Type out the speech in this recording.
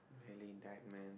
nearly died man